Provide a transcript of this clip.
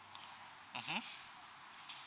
mmhmm